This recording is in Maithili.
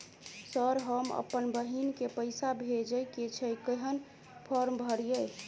सर हम अप्पन बहिन केँ पैसा भेजय केँ छै कहैन फार्म भरीय?